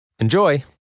Enjoy